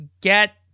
get